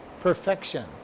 perfection